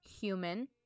human